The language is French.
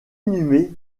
inhumé